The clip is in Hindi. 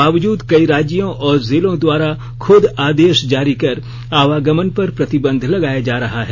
बावजूद कई राज्यों और जिलों द्वारा खुद आदेश जारी कर आवागमन पर प्रतिबंध लगाया जा रहा है